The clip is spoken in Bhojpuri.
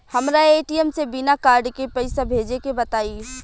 हमरा ए.टी.एम से बिना कार्ड के पईसा भेजे के बताई?